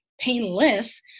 painless